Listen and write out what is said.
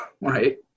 Right